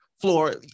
floor